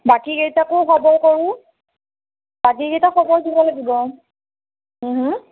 বাকী কেইটাকো খবৰ কৰোঁ বাকী কেইটাক খবৰ দিব লাগিব